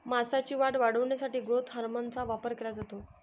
मांसाची वाढ वाढवण्यासाठी ग्रोथ हार्मोनचा वापर केला जातो